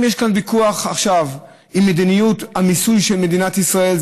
אם יש כאן ויכוח עכשיו על מדיניות המיסוי של מדינת ישראל,